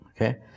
Okay